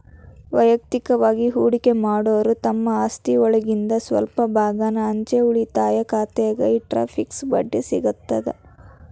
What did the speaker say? ವಯಕ್ತಿಕವಾಗಿ ಹೂಡಕಿ ಮಾಡೋರು ತಮ್ಮ ಆಸ್ತಿಒಳಗಿಂದ್ ಸ್ವಲ್ಪ ಭಾಗಾನ ಅಂಚೆ ಉಳಿತಾಯ ಖಾತೆದಾಗ ಇಟ್ಟರ ಫಿಕ್ಸ್ ಬಡ್ಡಿ ಸಿಗತದ